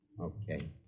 Okay